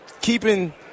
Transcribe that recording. keeping